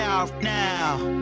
Now